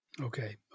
Okay